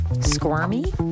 squirmy